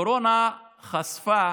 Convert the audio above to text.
הקורונה חשפה